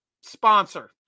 sponsor